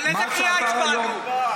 איזה קריאה הצבעת פה?